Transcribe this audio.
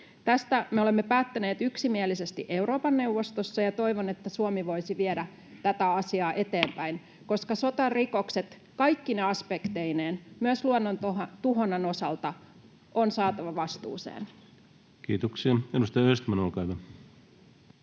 Tästä me olemme päättäneet yksimielisesti Euroopan neuvostossa, ja toivon, että Suomi voisi viedä tätä asiaa eteenpäin, koska sotarikokset kaikkine aspekteineen, myös luonnontuhonnan osalta, on saatava vastuuseen. Kiitoksia. — Edustaja Östman, olkaa hyvä.